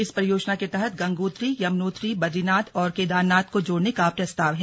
इस परियोजना के तहत गंगोत्री यमुनोत्री बदरीनाथ और केदारनाथ को जोड़ने का प्रस्ताव है